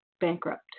bankrupt